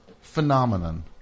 phenomenon